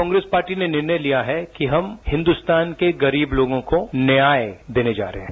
Congress party ने निर्णय लिया है कि हम हिन्दुस्तान के गरीब लोगों को न्याय देने जा रहे हैं